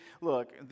look